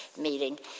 meeting